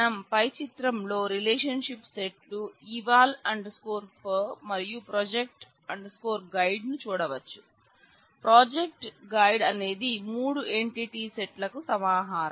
మనం పై చిత్రంలో రిలేషన్షిప్ సెట్లు ల సమాహారం eval for అనేది నాలుగు ఎంటిటీ సెట్ ల సమాహారం